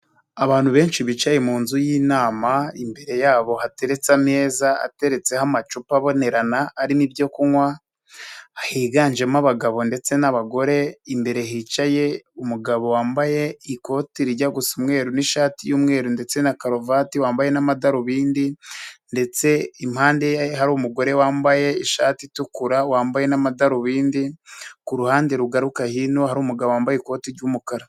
Abantu benshi bicaye mu nzu y'inama imbere yabo hatereretse ameza ateretseho amacupa abonerana arimo ibyo kunywa, higanjemo abagabo ndetse n'abagore, imbere hicaye umugabo wambaye ikoti rijya gusa umweru n'ishati y'umweru ndetse na karuvati wambaye n'amadarubindi ndetse impande hari umugore wambaye ishati itukura wambaye n'amadarubindi, kuruhande rugaruka hino hari umugabo wambaye ikoti ry'umukara.